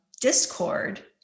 discord